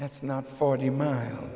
that's not forty miles